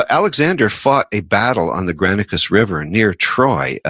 ah alexander fought a battle on the granicus river and near troy, ah